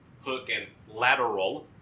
hook-and-lateral